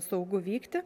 saugu vykti